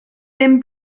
dim